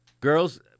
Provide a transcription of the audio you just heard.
Girls